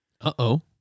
Uh-oh